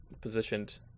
positioned